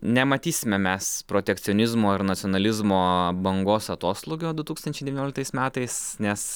nematysime mes protekcionizmo ir nacionalizmo bangos atoslūgio du tūkstančiai devynioliktais metais nes